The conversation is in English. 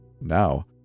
Now